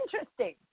interesting